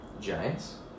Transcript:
Giants